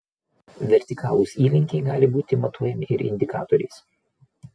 vertikalūs įlinkiai gali būti matuojami ir indikatoriais